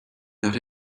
not